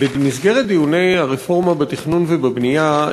מה זה רפורמה בתכנון ובנייה?